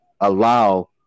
allow